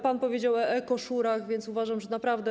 Pan powiedział o ˝ekoszurach”, więc uważam, że naprawdę.